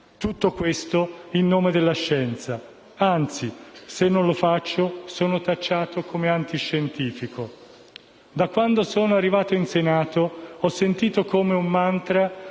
Tutto questo in nome della scienza. Anzi, se non lo faccio, sono tacciato come antiscientifico, Da quando sono arrivato in Senato, ho sentito come un mantra